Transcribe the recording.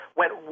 went